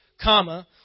comma